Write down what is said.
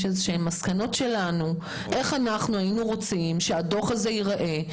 מסקנות שלנו לגבי מסגרת הדוח ואיך הוא ייראה.